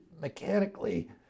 mechanically